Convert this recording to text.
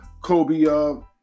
Kobe